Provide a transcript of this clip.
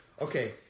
Okay